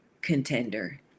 contender